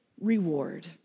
reward